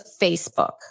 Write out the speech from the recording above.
Facebook